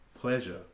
pleasure